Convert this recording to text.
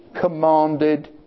commanded